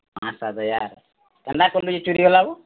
ପାଞ୍ଚ୍ ସାତ୍ ହଜାର୍ କେନ୍ତା ଚୁରି ହେଲାବୋ